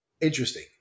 Interesting